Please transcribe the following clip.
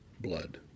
blood